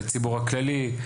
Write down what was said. לציבור הכללי,